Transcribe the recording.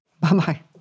Bye-bye